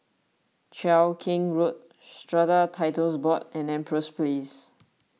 Cheow Keng Road Strata Titles Board and Empress Place